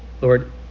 Lord